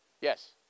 Yes